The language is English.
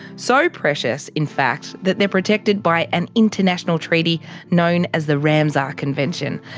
so precious in fact that they're protected by an international treaty known as the ramsar convention.